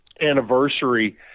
anniversary